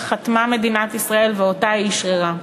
שמדינת ישראל חתמה עליה ואשררה אותה.